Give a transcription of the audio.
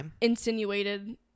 insinuated